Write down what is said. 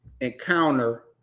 encounter